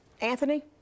Anthony